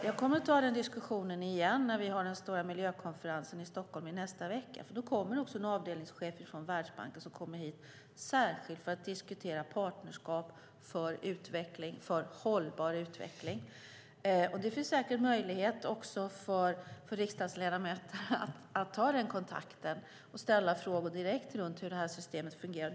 Jag kommer att ta den diskussionen igen när vi har den stora miljökonferensen i Stockholm nästa vecka. Då kommer en avdelningschef från Världsbanken hit för att diskutera partnerskap för hållbar utveckling. Det finns säkert möjlighet också för riksdagsledamöter att ta kontakt och ställa frågor direkt om hur systemet fungerar.